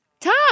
Tom